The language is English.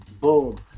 Boom